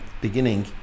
beginning